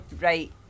Right